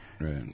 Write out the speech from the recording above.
right